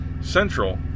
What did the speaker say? Central